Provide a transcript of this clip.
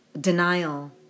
denial